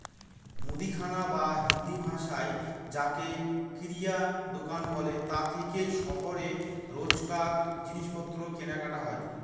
মুদিখানা বা হিন্দিভাষায় যাকে কিরায়া দুকান বলে তা থেকেই শহরে রোজকার জিনিসপত্র কেনাকাটা হয়